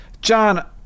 John